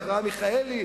ואברהם מיכאלי,